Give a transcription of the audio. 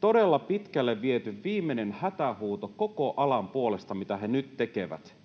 todella pitkälle viety viimeinen hätähuuto koko alan puolesta, mitä he nyt tekevät.